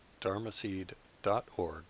dharmaseed.org